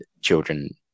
children